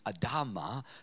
Adama